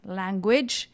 language